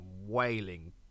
wailing